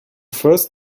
first